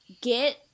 get